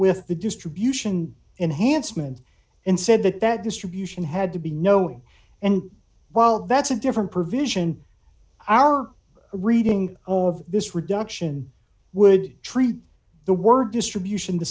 with the distribution enhanced meant and said that that distribution had to be no and while that's a different provision reading all of this reduction would treat the word distribution the